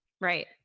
Right